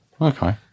okay